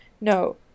no